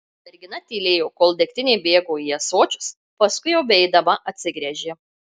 mergina tylėjo kol degtinė bėgo į ąsočius paskui jau beeidama atsigręžė